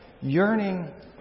yearning